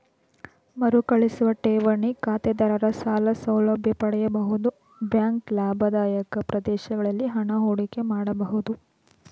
ಮರುಕಳಿಸುವ ಠೇವಣಿ ಖಾತೆದಾರರ ಸಾಲ ಸೌಲಭ್ಯ ಪಡೆಯಬಹುದು ಬ್ಯಾಂಕ್ ಲಾಭದಾಯಕ ಪ್ರದೇಶಗಳಲ್ಲಿ ಹಣ ಹೂಡಿಕೆ ಮಾಡಬಹುದು